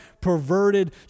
perverted